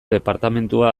departamendua